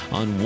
on